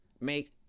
make